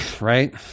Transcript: right